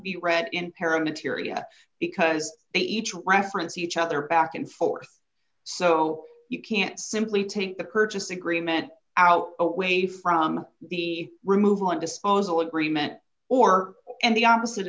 be read in peril materia because they each reference each other back and forth so you can't simply take the purchase agreement out away from the removal and disposal agreement or and the opposite